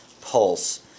pulse